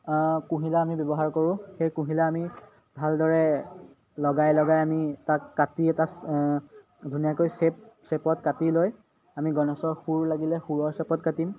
কুঁহিলা আমি ব্যৱহাৰ কৰোঁ সেই কুঁহিলা আমি ভালদৰে লগাই লগাই আমি তাক কাটি এটা ধুনীয়াকৈ চেপ চেপত কাটি লৈ আমি গণেশৰ শুৰ লাগিলে শুৰৰ চেপত কাটিম